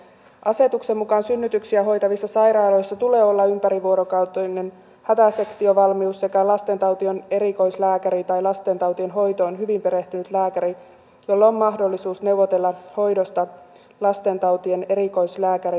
asetuksen mukaan synnytyksiä hoitavissa sairaaloissa tulee olla ympärivuorokautinen hätäsektiovalmius sekä lastentautien erikoislääkäri tai lastentautien hoitoon hyvin perehtynyt lääkäri jolla on mahdollisuus neuvotella hoidosta lastentautien erikoislääkärin kanssa